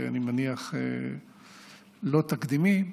ואני מניח לא תקדימי,